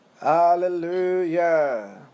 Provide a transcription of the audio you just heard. Hallelujah